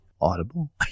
audible